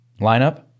Lineup